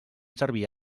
servir